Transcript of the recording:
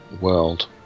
world